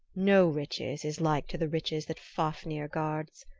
no riches is like to the riches that fafnir guards.